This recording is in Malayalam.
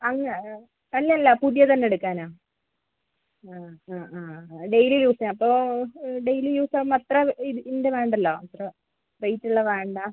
അല്ല അല്ല അല്ല പുതിയതു തന്നെ എടുക്കാനാണ് ആ ആ ആ ഡെയ്ലി യൂസിനാണ് അപ്പോൾ ഡെയ്ലി യൂസാകുമ്പോൾ അത്ര ഇതിൻ്റെ വേണ്ടല്ലോ അത്ര റേറ്റുള്ള വേണ്ട